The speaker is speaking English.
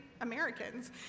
Americans